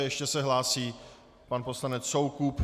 Ještě se hlásí pan poslanec Soukup.